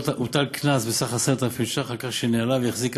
על העמותה הוטל קנס בסך 10,000 ש"ח על כך שניהלה והחזיקה